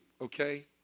okay